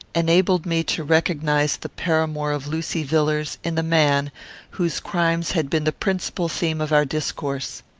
enabled me to recognise the paramour of lucy villars in the man whose crimes had been the principal theme of our discourse.